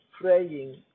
praying